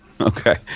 Okay